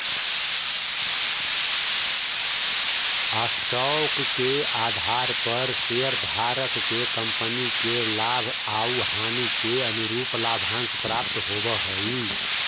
stock के आधार पर शेयरधारक के कंपनी के लाभ आउ हानि के अनुरूप लाभांश प्राप्त होवऽ हई